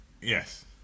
Yes